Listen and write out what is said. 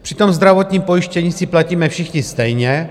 Přitom zdravotní pojištění si platíme všichni stejně.